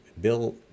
Bill